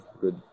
good